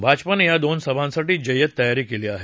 भाजपानं या दोन सभांसाठी जय्यत तयारी केली आहे